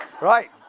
Right